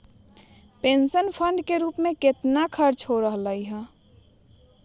Pension fund के रूप में कितना खर्च हो रहले है?